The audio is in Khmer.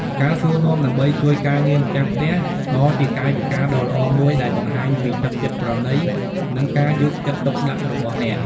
ការសួរនាំដើម្បីជួយការងារម្ចាស់ផ្ទះ ក៏ជាកាយវិការដ៏ល្អមួយដែលបង្ហាញពីទឹកចិត្តប្រណី និងការយកចិត្តទុកដាក់របស់អ្នក។